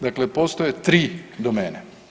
Dakle postoje tri domene.